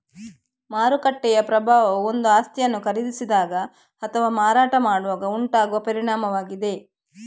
ಮಾರುಕಟ್ಟೆಯ ಪ್ರಭಾವವು ಒಂದು ಆಸ್ತಿಯನ್ನು ಖರೀದಿಸಿದಾಗ ಅಥವಾ ಮಾರಾಟ ಮಾಡುವಾಗ ಉಂಟಾಗುವ ಪರಿಣಾಮವಾಗಿದೆ